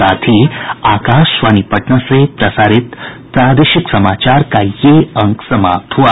इसके साथ ही आकाशवाणी पटना से प्रसारित प्रादेशिक समाचार का ये अंक समाप्त हुआ